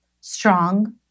Strong